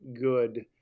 good